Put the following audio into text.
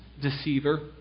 deceiver